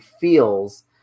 feels